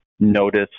notice